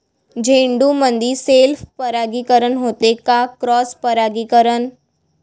झेंडूमंदी सेल्फ परागीकरन होते का क्रॉस परागीकरन?